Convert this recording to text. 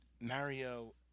Mario